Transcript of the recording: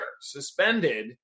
suspended